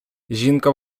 жінка